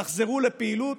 תחזרו לפעילות,